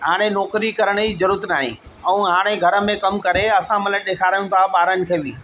हाणे नौकिरी करण ई ज़रूरत नाहे ऐं हाणे घर में कमु करे असां मतलबु ॾेखारियूं था ॿारनि खे बि